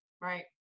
Right